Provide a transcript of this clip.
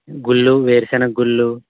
గుళ్ళు వేరుసెనగ గుళ్ళు